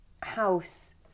house